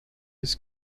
its